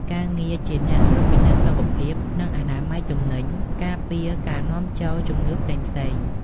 ការងារជាអ្នកត្រួតពិនិត្យសុខភាព និងអនាម័យទំនិញ ការពារការនាំចូលជំងឺផ្សេងៗ។